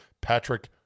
Patrick